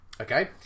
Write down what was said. okay